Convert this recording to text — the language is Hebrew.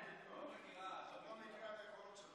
כנראה שאת לא מבינה מספיק את יואב ואת לא מכירה את היכולות שלו.